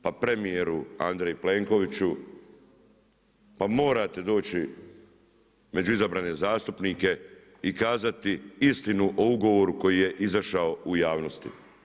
Pa premijeru Andrej Plenkoviću, pa morate doći među izabrane zastupnike i kazati istinu o ugovoru koji je izašao u javnosti.